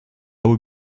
will